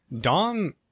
Dom